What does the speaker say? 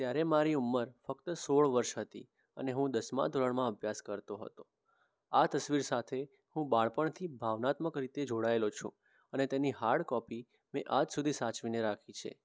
ત્યારે મારી ઉંમર ફક્ત સોળ વર્ષ હતી અને હું દસમા ધોરણમાં અભ્યાસ કરતો હતો આ તસવીર સાથે હું બાળપણથી ભાવનાત્મક રીતે જોડાયેલો છું અને તેની હાર્ડ કોપી મેં આજ સુધી સાચવીને રાખી છે